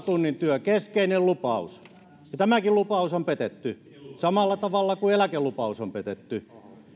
tunnin työ keskeinen lupaus ja tämäkin lupaus on petetty samalla tavalla kuin eläkelupaus on petetty